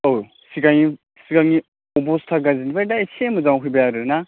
औ सिगां सिगांनि अब'स्था गाज्रिनिफ्राय आमफ्राय दा एसे मोजाङाव फैबाय आरो ना